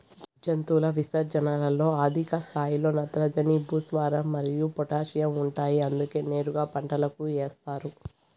జంతువుల విసర్జనలలో అధిక స్థాయిలో నత్రజని, భాస్వరం మరియు పొటాషియం ఉంటాయి అందుకే నేరుగా పంటలకు ఏస్తారు